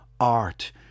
art